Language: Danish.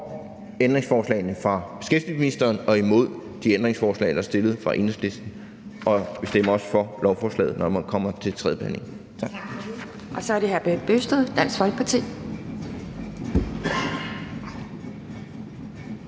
ændringsforslagene fra beskæftigelsesministeren og imod de ændringsforslag, der er stillet af Enhedslisten. Vi stemmer også for lovforslaget, når vi kommer til